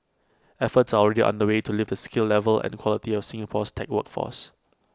efforts are already underway to lift the skill level and quality of Singapore's tech workforce